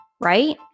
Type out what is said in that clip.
Right